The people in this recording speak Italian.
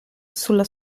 sulla